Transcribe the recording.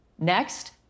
Next